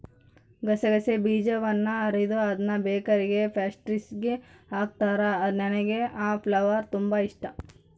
ಗಸಗಸೆ ಬೀಜದವನ್ನ ಅರೆದು ಅದ್ನ ಬೇಕರಿಗ ಪ್ಯಾಸ್ಟ್ರಿಸ್ಗೆ ಹಾಕುತ್ತಾರ, ನನಗೆ ಆ ಫ್ಲೇವರ್ ತುಂಬಾ ಇಷ್ಟಾ